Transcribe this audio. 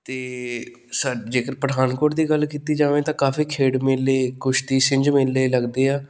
ਅਤੇ ਸਾਡ ਜੇਕਰ ਪਠਾਨਕੋਟ ਦੀ ਗੱਲ ਕੀਤੀ ਜਾਵੇ ਤਾਂ ਕਾਫ਼ੀ ਖੇਡ ਮੇਲੇ ਕੁਸ਼ਤੀ ਛਿੰਝ ਮੇਲੇ ਲੱਗਦੇ ਆ